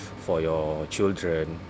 for your children